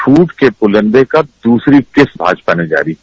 झूठे के प्लिन्दे की दूसरी किस्त भाजपा ने जारी की